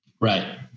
Right